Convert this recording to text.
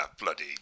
Bloody